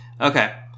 okay